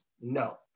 no